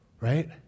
right